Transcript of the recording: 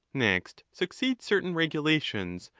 next succeed certain regulations,